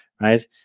right